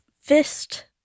fist